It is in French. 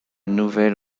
nouvel